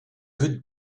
good